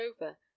over